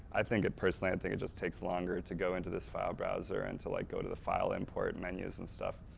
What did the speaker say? i think it-personally, i and think it just takes longer to go into this file browser and like go to the file import menus and stuff.